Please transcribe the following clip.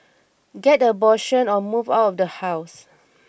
get an abortion or move out of the house